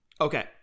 Okay